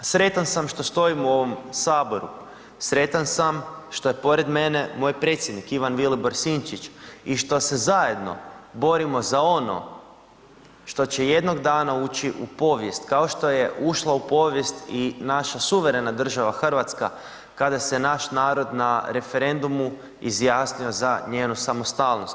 Sretan što stojim u ovom saboru, sretan sam što je pored mene moj predsjednik Ivan Vilibor Sinčić i što se zajedno borimo za ono što će jednog dana ući u povijest, kao što je ušla u povijest i naša suverena država Hrvatska kada se naš narod na referendumu izjasnio za njenu samostalnost.